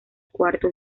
cuarta